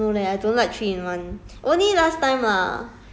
but 只有懒人才会买 three in one